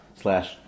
slash